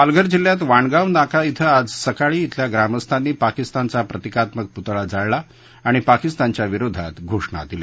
पालघर जिल्ह्यात वाणगाव नाका िंग आज सकाळी अल्या ग्रामस्थांनी पाकिस्तान चा प्रतीकात्मक पुतळा जाळला आणि पाकिस्तानच्या विरोधात घोषणा दिल्या